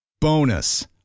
Bonus